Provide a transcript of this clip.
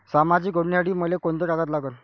सामाजिक योजनेसाठी मले कोंते कागद लागन?